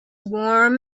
warm